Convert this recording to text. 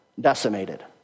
decimated